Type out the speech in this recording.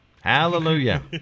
Hallelujah